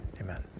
Amen